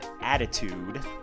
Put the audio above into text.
Attitude